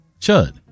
Chud